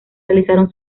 realizaron